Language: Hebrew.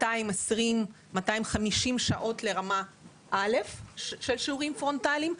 250 שעות לרמה א' של שיעורים פרונטליים,